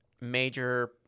major